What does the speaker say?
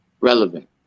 relevant